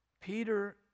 Peter